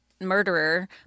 murderer